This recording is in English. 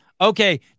Okay